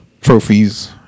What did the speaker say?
trophies